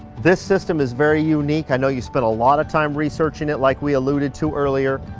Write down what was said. this system is very unique. i know you spent a lot of time researching it, like we alluded to earlier.